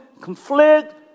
conflict